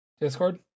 discord